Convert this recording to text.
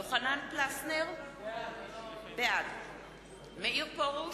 יוחנן פלסנר, בעד מאיר פרוש,